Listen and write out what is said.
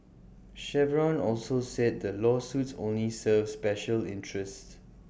Chevron also said the lawsuits only serve special interests